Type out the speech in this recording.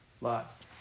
Lot